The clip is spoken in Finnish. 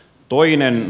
toinen